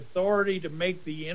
authority to make the